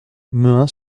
mehun